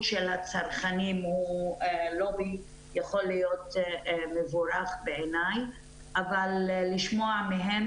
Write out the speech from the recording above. הצרכנים הוא לובי שיכול להיות מבורך בעיני אבל לשמוע מהם,